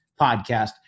podcast